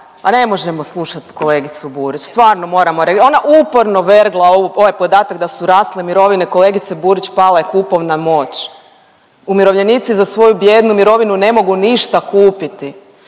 ma ne možemo slušati kolegicu Burić, stvarno moramo reagirati. Ona uporno vergla ovaj podatak da su rasle mirovine. Kolegice Burić pala je kupovna moć. Umirovljenici za svoju bijednu mirovinu ne mogu ništa kupiti.